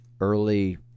early